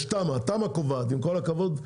יש תמ"א, ועם כל הכבוד,